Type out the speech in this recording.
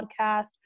podcast